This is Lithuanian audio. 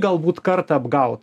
galbūt kartą apgaut